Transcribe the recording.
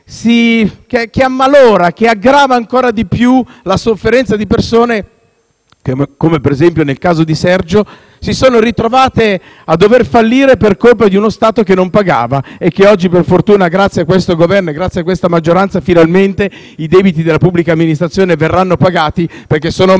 che ammalora, che aggrava ancora di più la sofferenza di persone che, come nel caso di Sergio, si sono ritrovate a dover fallire per colpa di uno Stato che non pagava. Oggi per fortuna, grazie a questo Governo e a questa maggioranza, finalmente i debiti della pubblica amministrazione verranno pagati *(Applausi dal